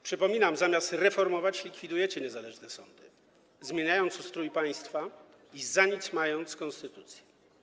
Przypominam, zamiast reformować, likwidujecie niezależne sądy, zmieniając ustrój państwa i za nic mając konstytucję.